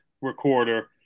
recorder